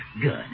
Good